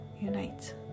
unite